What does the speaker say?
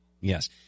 Yes